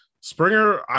Springer